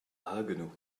haguenau